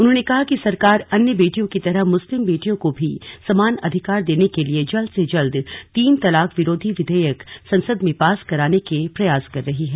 उन्होंने कहा कि सरकार अन्य बेटियों की तरह मुस्लिम बेटियों को भी समान अधिकार देने के लिए जल्द से जल्द तीन तलाक विरोधी विधेयक संसद में पास कराने के प्रयास कर रही है